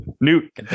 newt